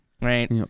right